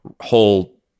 whole